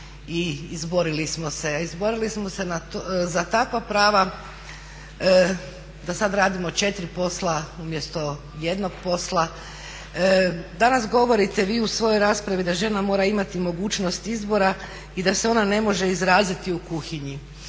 i izborili smo se. A izborili smo se za takva prava da sada radimo 4 posla umjesto jednog posla. Danas govorite vi u svojoj raspravi da žena mora imati mogućnost izbora i da se ona ne može izraziti u kuhinji.